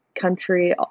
country